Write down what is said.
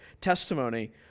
testimony